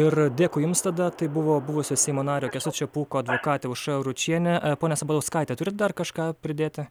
ir dėkui jums tada tai buvo buvusio seimo nario kęstučio pūko advokatė aušra ručienė ponia sabatauskaite turit dar kažką pridėti